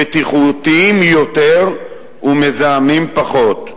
בטיחותיים יותר ומזהמים פחות.